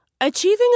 Achieving